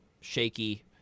shaky